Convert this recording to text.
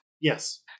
Yes